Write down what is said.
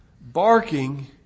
barking